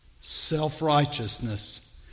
self-righteousness